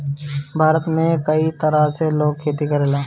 भारत में कई तरह से लोग खेती करेला